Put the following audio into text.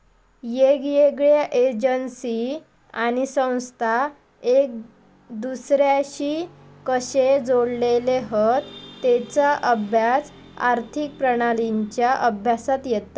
येगयेगळ्या एजेंसी आणि संस्था एक दुसर्याशी कशे जोडलेले हत तेचा अभ्यास आर्थिक प्रणालींच्या अभ्यासात येता